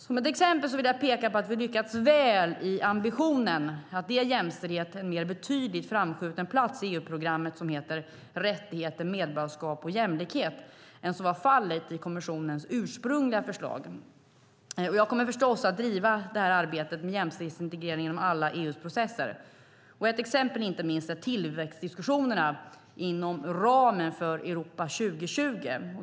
Som ett exempel vill jag peka på att vi lyckats väl i ambitionen att ge jämställdhet en betydligt mer framskjuten plats i EU-programmet som heter Rättigheter, medborgarskap och jämlikhet än vad som var fallet i kommissionens ursprungliga förslag. Jag kommer förstås att driva arbetet med jämställdhetsintegrering inom alla EU:s processer. Ett exempel är inte minst tillväxtdiskussionerna inom ramen för Europa 2020.